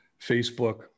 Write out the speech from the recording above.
Facebook